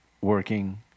working